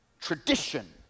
tradition